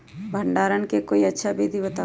भंडारण के कोई अच्छा विधि बताउ?